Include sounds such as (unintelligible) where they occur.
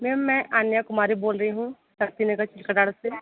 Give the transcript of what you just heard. ma'am मैं आन्या कुमारी बोल रही हूँ शास्त्री नगर (unintelligible) से